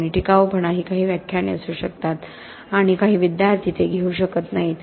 आणि टिकाऊपणा ही काही व्याख्याने असू शकतात आणि काही विद्यार्थी ते घेऊ शकत नाहीत